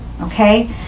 okay